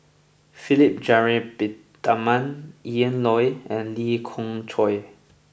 Philip Jeyaretnam Ian Loy and Lee Khoon Choy